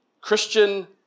Christian